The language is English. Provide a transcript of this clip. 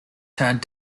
turned